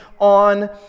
on